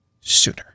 Sooner